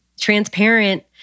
transparent